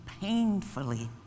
painfully